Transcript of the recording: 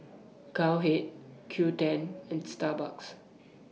Cowhead Qoo ten and Starbucks